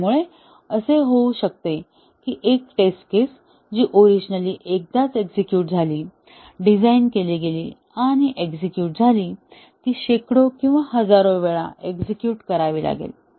त्यामुळे असे होऊ शकते की एक टेस्ट केस जी ओरिजिनली एकदाच एक्झेक्युट झाली डिझाइन केली गेली आणि एक्झेक्युट झाली ती शेकडो किंवा हजारो वेळा एक्झेक्युट करावी लागेल